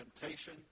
temptation